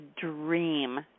dream